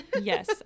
Yes